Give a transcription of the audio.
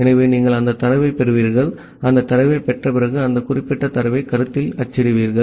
ஆகவே நீங்கள் அந்தத் தரவைப் பெறுவீர்கள் அந்தத் தரவைப் பெற்ற பிறகு அந்த குறிப்பிட்ட தரவை கருத்தில் அச்சிடுவீர்கள்